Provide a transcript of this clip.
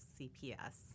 cps